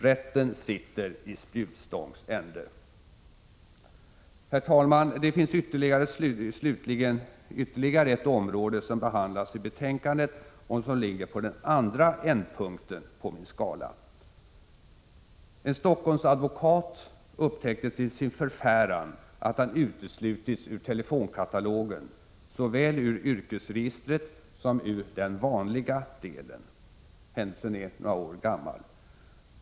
Rätten sitter i spjutstångs ände. Herr talman! Det finns slutligen ytterligare ett område som behandlas i betänkandet och som ligger på den andra ändpunkten på min skala. En Stockholmsadvokat upptäckte till sin förfäran att han uteslutits ut telefonkatalogen, såväl ur yrkesregistret som ur den vanliga delen. Händelsen är några år gammal.